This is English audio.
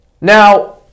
Now